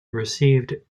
received